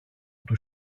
του